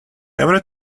ever